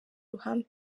ruhame